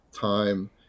time